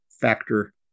factor